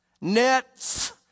nets